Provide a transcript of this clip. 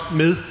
med